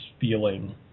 feeling